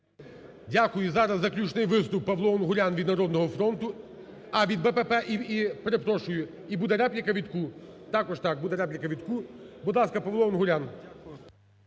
Дякую. Зараз заключний виступ, Павло Унгурян від "Народного фронту". А від БПП, перепрошую. І буде репліка Вітку. Також, так, буде репліка Вітку. Будь ласка, Павло Унгурян.